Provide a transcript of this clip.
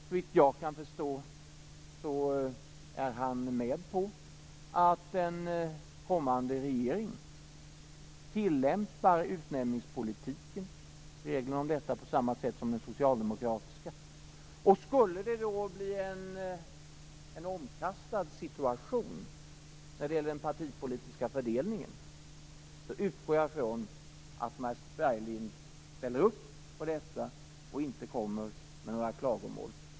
Såvitt jag förstår är han med på att en kommande regering tillämpar reglerna om utnämningspolitiken på samma sätt som den socialdemokratiska regeringen gjort. Skulle det då bli en omkastad situation när det gäller den partipolitiska fördelningen utgår jag från att Mats Berglind ställer upp på det och inte kommer med några klagomål.